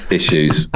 issues